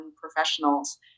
professionals